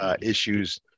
issues